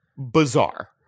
Bizarre